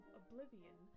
oblivion